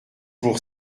pour